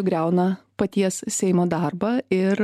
griauna paties seimo darbą ir